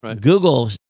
Google